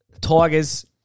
Tigers